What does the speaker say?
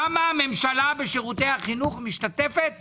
למה הממשלה בשירותי החינוך משתתפת ב-75%,